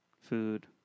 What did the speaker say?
Food